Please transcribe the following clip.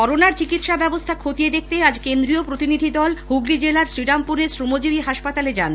করোনার চিকিৎসা ব্যবস্থা খতিয়ে দেখতে আজ কেন্দ্রীয় প্রতিনিধি দল হুগলী জেলার শ্রীরামপুরের শ্রমজীবী হাসপাতালে যান